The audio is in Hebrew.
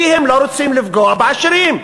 כי הם לא רוצים לפגוע בעשירים.